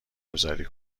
گذاری